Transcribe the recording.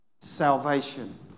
salvation